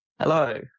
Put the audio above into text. hello